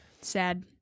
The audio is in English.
Sad